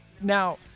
now